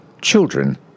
children